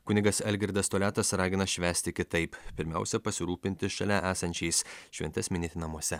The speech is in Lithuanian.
kunigas algirdas toliatas ragina švęsti kitaip pirmiausia pasirūpinti šalia esančiais šventes minėti namuose